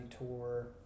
tour